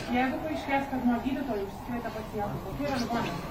jeigu paaiškės kad nuo gydytojų užsikrėtė pacientai kokia yra ligoninės